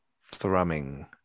thrumming